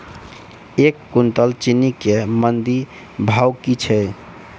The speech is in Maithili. एक कुनटल चीनी केँ मंडी भाउ की छै?